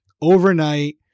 overnight